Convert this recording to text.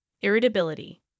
Irritability